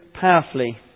powerfully